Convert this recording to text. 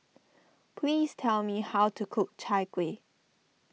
please tell me how to cook Chai Kuih